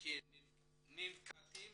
כי ננקטים